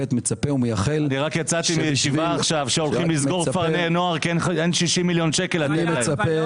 הרגע יצאתי מישיבה שהולכים לסגור כפרי נוער כי אין 60 מיליון שקל